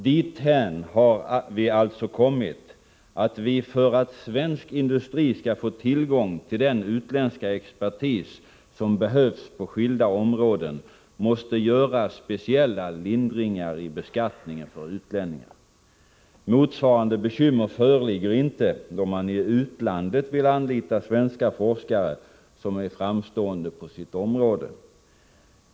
Dithän har vi alltså kommit att vi, för att svensk industri skall få tillgång till den utländska expertis som behövs på särskilda områden, måste göra speciella lindringar i beskattningen för utlänningar. Motsvarande bekymmer föreligger inte då man i utlandet vill anlita svenska forskare som är framstående på sitt område.